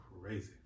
crazy